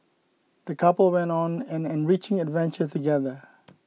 the couple went on an enriching adventure together